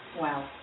Wow